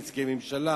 נציגי ממשלה,